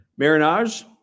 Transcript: Marinage